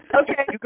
okay